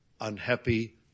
unhappy